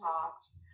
talks